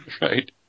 Right